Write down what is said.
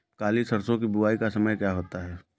काली सरसो की बुवाई का समय क्या होता है?